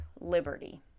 liberty